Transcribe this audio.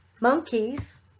monkeys